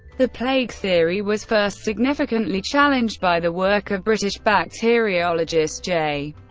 the plague theory was first significantly challenged by the work of british bacteriologist j.